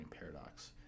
Paradox